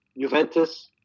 Juventus